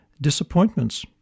Disappointments